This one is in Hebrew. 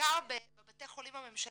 בעיקר בבתי החולים הממשלתיים,